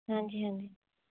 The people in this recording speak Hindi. हाँ जी हाँ जी